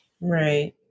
Right